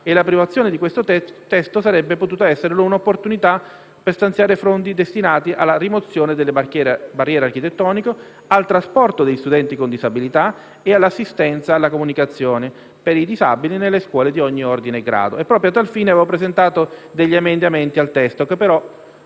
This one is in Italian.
del disegno di legge in esame sarebbe potuta essere un'opportunità per stanziare fondi destinati alla rimozione delle barriere architettoniche, al trasporto degli studenti con disabilità e all'assistenza alla comunicazione per i disabili nelle scuole di ogni ordine e grado. Proprio a tal fine avevo presentato degli emendamenti che però